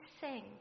sing